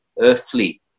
earthly